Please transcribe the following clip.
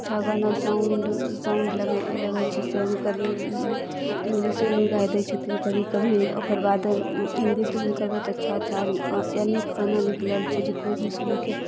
अच्छा गाना sound sound लागै लागै छै से हुनकर इन्गलिशोमे गाबि दै छथिन कभी कभी ओकरबाद हिन्दी तऽ हुनकर बहुत अच्छा छनि या नीक गाना निकलल छै जे कोइ भी सुनिके